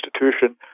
institution